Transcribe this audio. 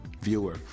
Viewer